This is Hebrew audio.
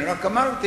אני רק אמרתי,